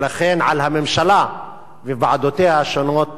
ולכן על הממשלה וועדותיה השונות